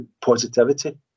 positivity